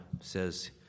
says